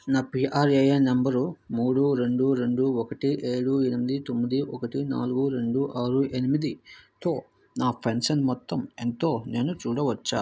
నా PRAN number మూడు రెండు రెండు ఒకటి ఏడు ఎనిమిది తొమ్మిది ఒకటి నాలుగు రెండు ఆరు ఎనిమిదితో నా పెన్షన్ మొత్తం ఎంతో నేను చూడవచ్చా